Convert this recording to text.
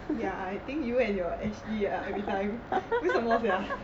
ya I think you and your ashley uh every time 为什么 sia